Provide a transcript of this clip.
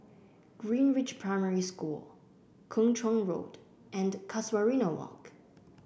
Greenridge Primary School Kung Chong Road and Casuarina Walk